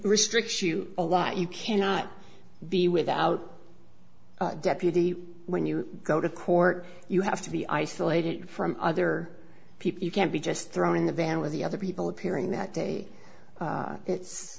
restricts you a lot you cannot be without deputy when you go to court you have to be isolated from other people you can't be just throwing the van with the other people appearing that day it's